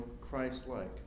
Christ-like